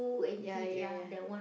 ya ya ya